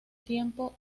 tiempo